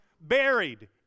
buried